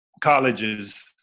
colleges